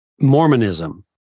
Mormonism